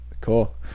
Cool